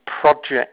project